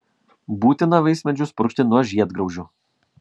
būtina vaismedžius purkšti nuo žiedgraužių